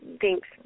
thanks